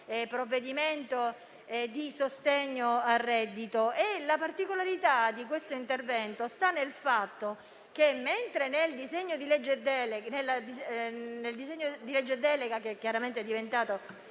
provvedimento di sostegno al reddito. La particolarità di questo, però, sta nel fatto che, mentre nel disegno di legge delega, che chiaramente è diventato